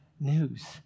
news